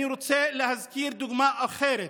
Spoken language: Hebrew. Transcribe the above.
אני רוצה להזכיר דוגמא אחרת.